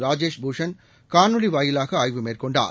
ராஜேஷ் பூஷண் காணொலி வாயிலாக ஆய்வு மேற்கொண்டார்